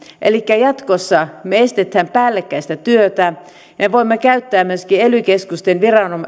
elikkä jatkossa me estämme päällekkäistä työtä me voimme käyttää ely keskusten